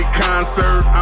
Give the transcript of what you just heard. concert